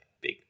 big